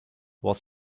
was